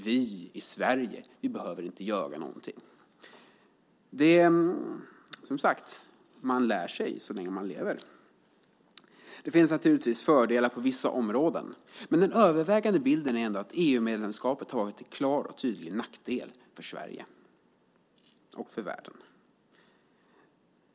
Vi i Sverige behöver inte göra någonting. Som sagt: Man lär så länge man lever. Det finns naturligtvis fördelar på vissa områden, men den övervägande bilden är ändå att EU-medlemskapet har varit till klar och tydlig nackdel för Sverige och för världen.